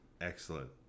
Excellent